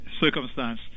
circumstance